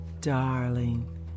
Darling